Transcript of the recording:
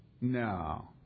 No